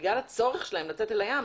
בגלל הצורך שלו לצאת אל הים,